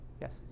Yes